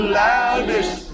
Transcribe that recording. loudest